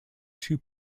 two